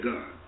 God